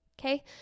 okay